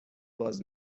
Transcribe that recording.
باز